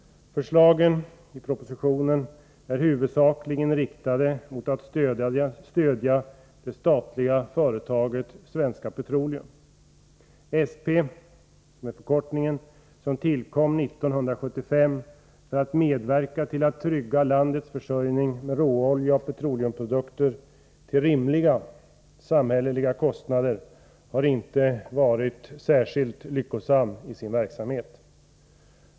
Förslagen i propositionen är huvudsakligen riktade mot att stödja det statliga företaget Svenska Petroleum. SP, som tillkom 1975 för att medverka till att trygga landets försörjning med råolja och petroleumprodukter till rimliga samhälleliga kostnader, har inte varit särskilt lyckosamt i sin verksamhet.